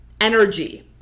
energy